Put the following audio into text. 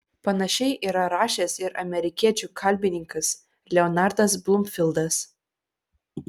panašiai yra rašęs ir amerikiečių kalbininkas leonardas blumfildas